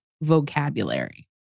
vocabulary